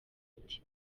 ute